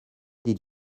did